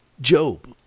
Job